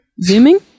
Zooming